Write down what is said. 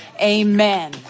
amen